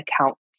accounts